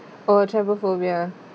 oh trypophobia